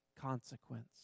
consequence